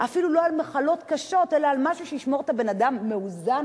אפילו לא על מחלות קשות אלא על משהו שישמור את הבן-אדם מאוזן,